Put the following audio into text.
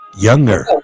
Younger